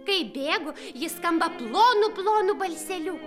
kai bėgu jis skamba plonu plonu balseliu